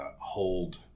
hold